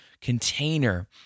container